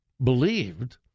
believed